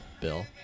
Bill